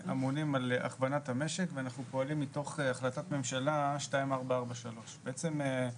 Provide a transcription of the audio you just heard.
אמונים על הכוונת המשק ואנחנו פועלים מתוך החלטת ממשלה 2443. בעצם,